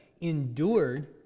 endured